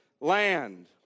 land